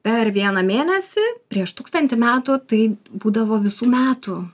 per vieną mėnesį prieš tūkstantį metų tai būdavo visų metų